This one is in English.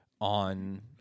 on